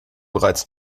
bereits